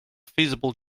feasible